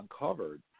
uncovered